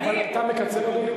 אבל אתה מקצר, אדוני?